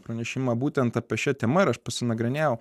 pranešimą būtent apie šia tema ir aš pasinagrinėjau